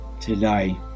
Today